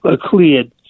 cleared